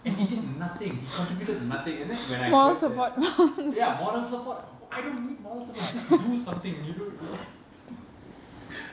and he did nothing he contributed nothing and then when I heard that ya moral support I don't need moral support just do something you don't you